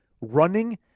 running